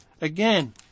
Again